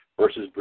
versus